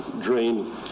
drain